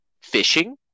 fishing